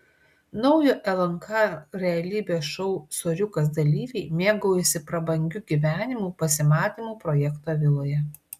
naujo lnk realybės šou soriukas dalyviai mėgaujasi prabangiu gyvenimu pasimatymų projekto viloje